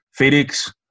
FedEx